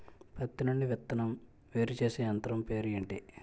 పత్తి నుండి విత్తనం వేరుచేసే యంత్రం పేరు ఏంటి